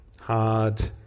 hard